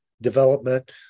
development